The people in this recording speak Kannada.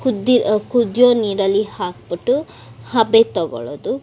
ಕುದ್ದಿ ಕುದಿಯೋ ನೀರಲ್ಲಿ ಹಾಕಿಬಿಟ್ಟು ಹಬೆ ತೊಗೊಳೊದು